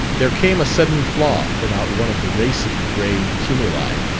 there came a sudden flaw from out one of the racing gray cumuli,